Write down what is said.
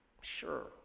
sure